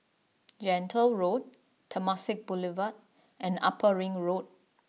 Gentle Road Temasek Boulevard and Upper Ring Road